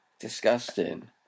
disgusting